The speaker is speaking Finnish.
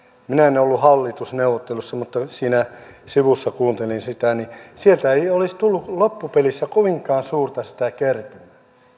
minä en ollut hallitusneuvotteluissa mutta kun siinä sivussa kuuntelin sitä niin sieltä ei olisi tullut loppupelissä kovinkaan suurta sitä kertymää